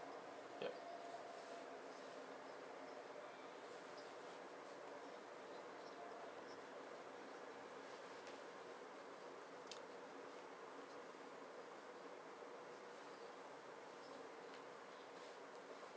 yup